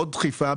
עוד דחיפה,